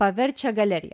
paverčia galerija